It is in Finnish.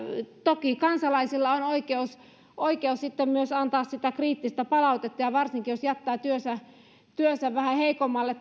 toki kansalaisilla on oikeus sitten myös antaa sitä kriittistä palautetta ja varsinkin jos jättää työnsä työnsä vähän heikommalle